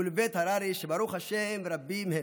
ולבית הררי, שברוך השם, רבים הם,